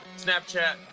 Snapchat